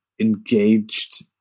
engaged